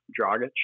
Dragic